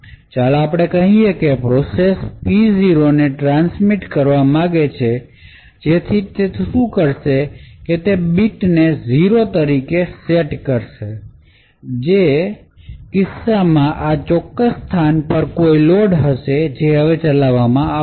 ચાલો આપણે કહીએ કે પ્રોસેસ P 0 ને ટ્રાન્સમિટ કરવા માંગે છે જેથી તે શું કરશે કે તે બીટને 0 તરીકે સેટ કરશે જે કિસ્સામાં આ ચોક્કસ સ્થાન પર કોઈ લોડ હશે જે હવે ચલાવવામાં આવશે